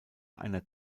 einer